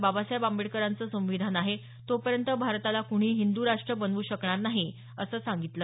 बाबासाहेब आंबेडकरांच संविधान आहे तोपर्यंत भारताला कुणीही हिंद् राष्ट्र बनवू शकणार नाही असं सांगितलं